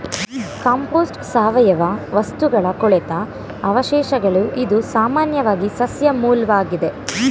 compost ಸಾವಯವ ವಸ್ತುಗಳ ಕೊಳೆತ ಅವಶೇಷಗಳು ಇದು ಸಾಮಾನ್ಯವಾಗಿ ಸಸ್ಯ ಮೂಲ್ವಾಗಿದೆ